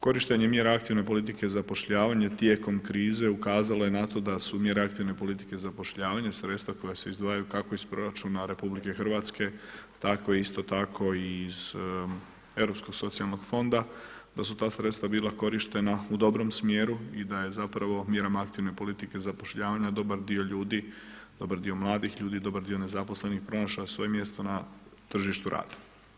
Korištenjem mjera aktivne politike i zapošljavanja tijekom krize ukazalo je na to da su mjere aktivne politike i zapošljavanja sredstva koja se izdvajaju kako iz proračuna RH, tako isto tako i iz Europskog socijalnog fonda, da su ta sredstva bila korištena u dobrom smjeru i da je zapravo mjerama aktivne politike i zapošljavanja dobar dio ljudi, dobar dio mladih ljudi, dobar dio nezaposlenih pronašao svoje mjesto na tržištu rada.